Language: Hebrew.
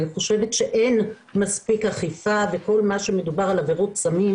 אני חושבת שאין מספיק אכיפה וכל מה שמדובר על עבירות סמים,